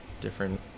different